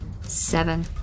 Seven